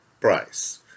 price